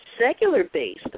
secular-based